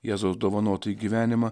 jėzaus dovanotąjį gyvenimą